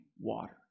water